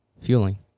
fueling